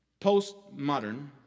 postmodern